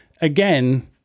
again